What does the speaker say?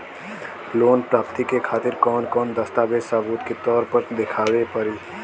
Loan प्राप्ति के खातिर कौन कौन दस्तावेज सबूत के तौर पर देखावे परी?